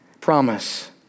promise